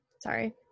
Sorry